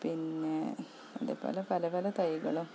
പിന്നെ അതേപോലെ പല പല തൈകളും